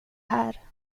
här